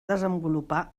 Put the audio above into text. desenvolupar